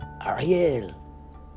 Ariel